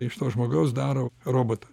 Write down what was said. iš to žmogaus daro robotą